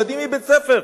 ילדים מבית-הספר.